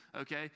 Okay